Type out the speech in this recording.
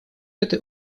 этой